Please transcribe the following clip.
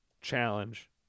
Challenge